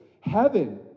Heaven